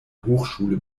hochschule